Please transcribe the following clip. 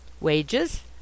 Wages